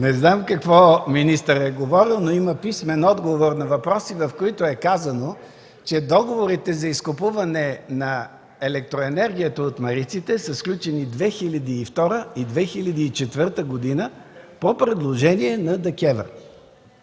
Не знам какво е говорил министърът, но има писмен отговор на въпроси, в който е казано, че договорите за изкупуване на електроенергията от Мариците са сключени през 2002-а и 2004 г. по предложение на ДКЕВР.